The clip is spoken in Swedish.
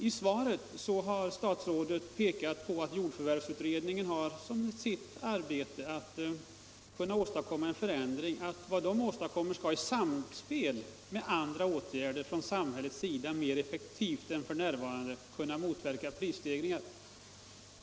I svaret har statsrådet pekat på att jordförvärvsutredningens avsikter med sitt arbete varit att genomföra en sådan förändring av reglerna att man i samspel med andra åtgärder från samhällets sida mer effektivt än som f.n. är fallet skall kunna motverka prisstegringar.